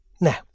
now